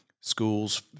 schools